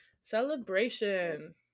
Celebration